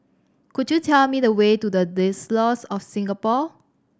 could you tell me the way to The Diocese of Singapore